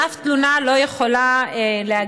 אף תלונה לא יכולה להגיע.